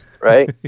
right